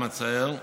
למצער,